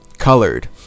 colored